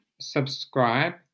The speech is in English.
subscribe